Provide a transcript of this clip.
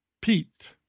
Pete